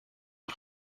een